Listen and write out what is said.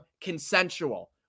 consensual